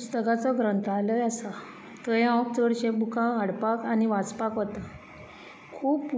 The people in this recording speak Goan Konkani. पुस्तकाचें ग्रंथालय आसा थंय हांव चडशें बुकां हाडपाक आनी वाचपाक वतां खूब